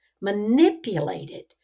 manipulated